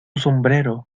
sombrero